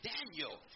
Daniel